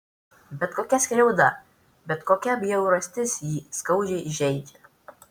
bet kokia skriauda bet kokia bjaurastis jį skaudžiai žeidžia